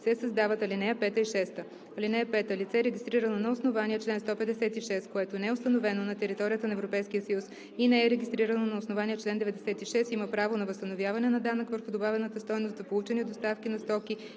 на Европейския съюз. (3) Лице, регистрирано на основание чл. 157а, което не е установено на територията на Европейския съюз, и не е регистрирано на основание чл. 96, има право на възстановяване на данък върху добавената стойност за получени доставки на стоки